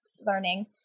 learning